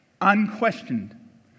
unquestioned